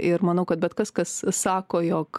ir manau kad bet kas kas sako jog